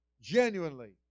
genuinely